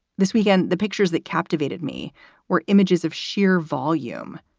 this weekend, the pictures that captivated me were images of sheer volume.